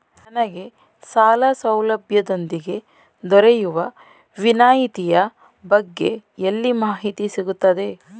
ನನಗೆ ಸಾಲ ಸೌಲಭ್ಯದೊಂದಿಗೆ ದೊರೆಯುವ ವಿನಾಯತಿಯ ಬಗ್ಗೆ ಎಲ್ಲಿ ಮಾಹಿತಿ ಸಿಗುತ್ತದೆ?